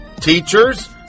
teachers